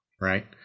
right